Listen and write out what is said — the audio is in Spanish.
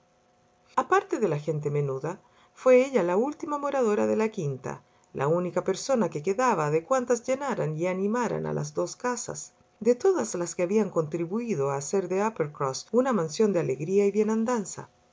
aparte de la gente menuda fué ella la última moradora de la quinta la única persona que quedaba de cuantas llenaran y animaran a las dos casas de todas las que habían contribuído a hacer de uppercross una mansión de alegría y bienandanza